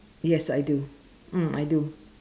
yes I do mm I do